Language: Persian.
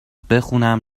بخونم